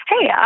Hey